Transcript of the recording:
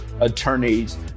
attorneys